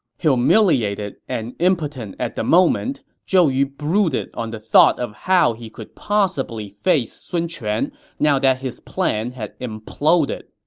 humiliated and impotent at the moment, zhou yu brooded on the thought of how he could possibly face sun quan now that his plan had imploded.